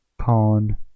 pawn